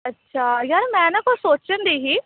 ਅੱਛਾ ਯਾਰ ਮੈਂ ਨਾ ਕੁਛ ਸੋਚਣ ਦੀ ਸੀ